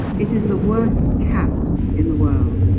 it is the worst cant in the world.